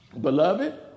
Beloved